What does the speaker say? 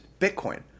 Bitcoin